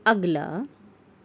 اگلا